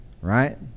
right